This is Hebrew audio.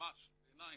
ממש בעיניים.